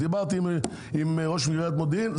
דיברתי עם ראש עיריית מודיעין,